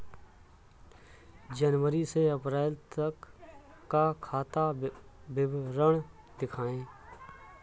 जनवरी से अप्रैल तक का खाता विवरण दिखाए?